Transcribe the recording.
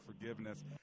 forgiveness